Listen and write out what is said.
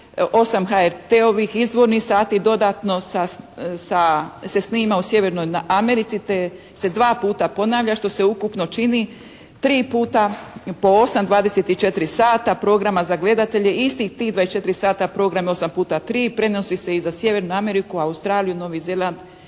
8 HRT-ovih izvornih sati dodatno se snima u Sjevernoj Americi te se dva puta ponavlja što se ukupno čini tri puta po osam dvadeset i četiri sata programa za gledatelje i istih tih dvadeset četiri sata programa osam puta tri prenosi se i za Sjevernu Ameriku, Australiju, Novi Zeland